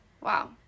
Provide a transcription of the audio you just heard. Wow